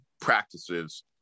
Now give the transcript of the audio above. practices